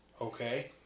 Okay